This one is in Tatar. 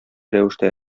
рәвештә